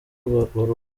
rubavu